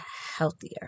healthier